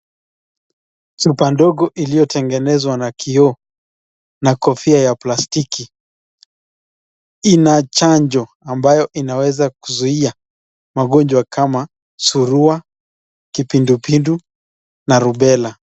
Chupa ndogo iliyotengenezwa na kio na kofia ya mlastiki ,inachanjo ambayo inaweza kuzuia magonjwa kama surua, kipindupindu na rubela.